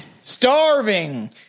Starving